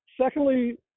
secondly